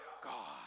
God